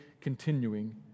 continuing